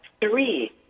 three